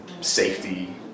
safety